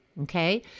Okay